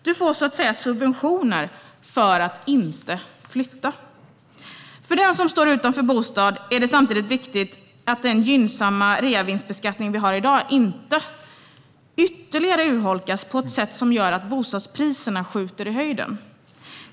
Man får så att säga subventioner för att inte flytta. För den som står utan bostad är det samtidigt viktigt att den gynnsamma reavinstbeskattning som vi i dag har inte ytterligare urholkas på ett sätt som gör att bostadspriserna skjuter i höjden.